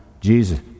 Jesus